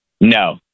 No